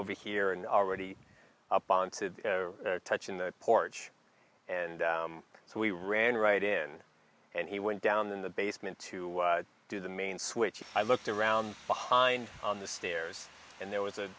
over here and already up onto touching the porch and so we ran right in and he went down the basement to do the main switch i looked around behind on the stairs and there was a